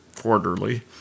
quarterly